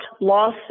loss